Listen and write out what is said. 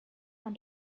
man